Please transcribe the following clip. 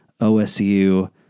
OSU